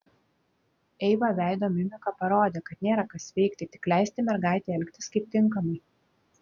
eiva veido mimika parodė kad nėra kas veikti tik leisti mergaitei elgtis kaip tinkamai